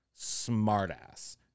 smartass